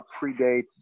predates